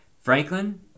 Franklin